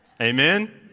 Amen